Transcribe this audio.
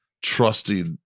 trusted